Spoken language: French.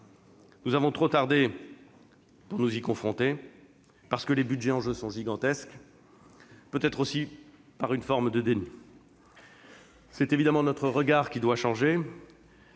Nous avons trop tardé à nous y confronter, parce que les budgets en jeu sont gigantesques, peut-être aussi par une forme de déni. C'est notre regard qui doit changer,